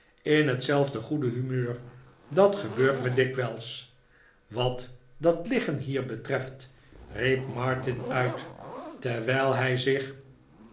in hetzelfde goede humeur dat gebeurt me dikwijls wat dat liggen hier betreft riep martin uit terwijl hij zich